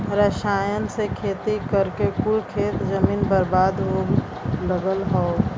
रसायन से खेती करके कुल खेत जमीन बर्बाद हो लगल हौ